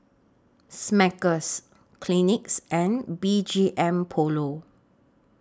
Smuckers Kleenex and B G M Polo